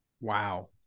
Wow